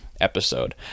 episode